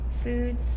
foods